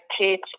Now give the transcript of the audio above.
teach